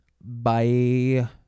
bye